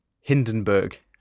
Hindenburg